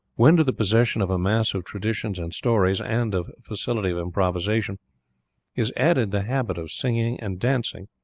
when to the possession of a mass of traditions and stories and of facility of improvisation is added the habit of singing and dancing,